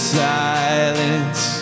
silence